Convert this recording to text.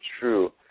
true